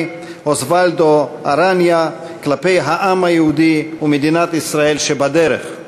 אוסוולדו ארניה כלפי העם היהודי ומדינת ישראל שבדרך.